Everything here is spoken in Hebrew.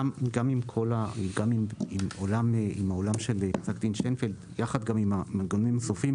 גם עם העולם של פסק דין שיינפלד יחד עם המנגנון הסופי,